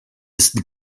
ist